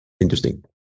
interesting